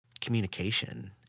Communication